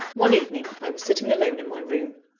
one evening i was sitting alone in my room.